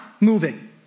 moving